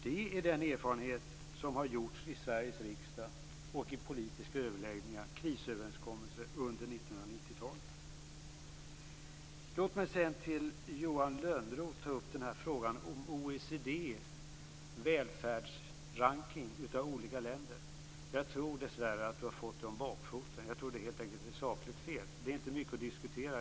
Det är den erfarenhet som har gjorts i Sveriges riksdag, i politiska överläggningar och i krisöverenskommelser under Låt mig sedan ta upp det Johan Lönnroth sade om OECD:s välfärdsrankning av olika länder. Jag tror dessvärre att han har fått det om bakfoten. Jag tror att det helt enkelt är sakligt fel. Det är inte mycket att diskutera.